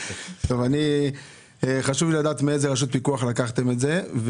חשוב לי לדעת מאיזה רשות פיקוח לקחתם את זה.